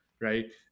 right